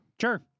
Sure